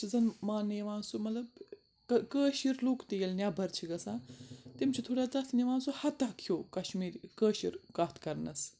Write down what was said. زَن مانٛنہٕ یِوان سُہ مطلب کٲشِر لُکھ تہِ ییٚلہِ نٮ۪بَر چھِ گَژھان تِم چھِ تھوڑا تَتھ نِوان سُہ ہَتکھ ہیٚو کَشمیٖری کٲشِر کَتھ کَرنَس